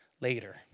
later